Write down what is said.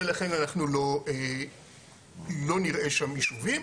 ולכן אנחנו לא נראה שם יישובים.